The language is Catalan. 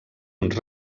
uns